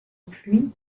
pluies